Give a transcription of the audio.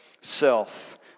self